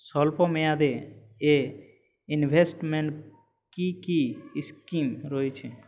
স্বল্পমেয়াদে এ ইনভেস্টমেন্ট কি কী স্কীম রয়েছে?